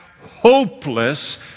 hopeless